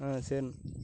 ஆ சரி